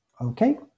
Okay